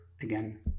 again